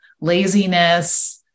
laziness